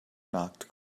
knocked